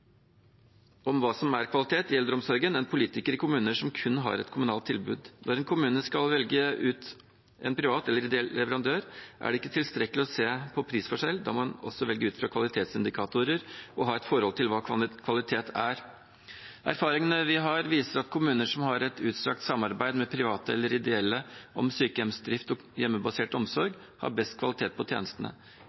om hva som er kvalitet i eldreomsorgen, enn politikere i kommuner som kun har et kommunalt tilbud. Når en kommune skal velge ut en privat eller ideell leverandør, er det ikke tilstrekkelig å se på prisforskjell, da må man også velge ut fra kvalitetsindikatorer og ha et forhold til hva kvalitet er. Erfaringene vi har, viser at kommuner som har et utstrakt samarbeid med private eller ideelle om sykehjemsdrift og hjemmebasert omsorg, har best kvalitet på tjenestene.